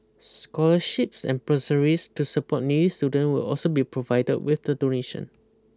scholarships and bursaries to support needy student will also be provided with the donation